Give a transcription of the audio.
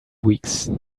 weeks